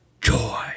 Joy